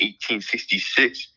1866